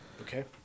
Okay